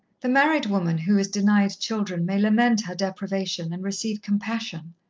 the married woman who is denied children may lament her deprivation and receive compassion,